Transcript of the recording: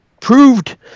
proved